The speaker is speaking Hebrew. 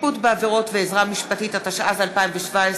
שיפוט בעבירות ועזרה משפטית), התשע"ז 2017,